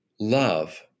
love